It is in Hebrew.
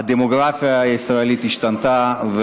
הדמוגרפיה הישראלית השתנתה,